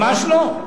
ממש לא.